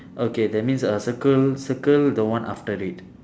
okay that means uh circle circle the one after it